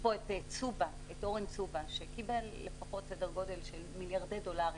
פה אורן צובה שקיבל מיליארדי דולרים.